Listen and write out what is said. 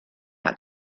out